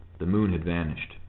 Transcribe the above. the moon had vanished.